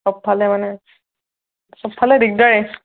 চবফালে মানে চবফালে দিগদাৰে